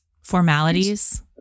formalities